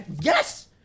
yes